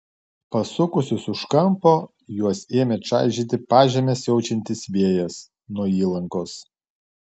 pasukusius už kampo juos ėmė čaižyti pažeme siaučiantis vėjas nuo įlankos